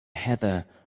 heather